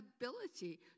ability